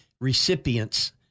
recipients